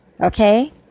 Okay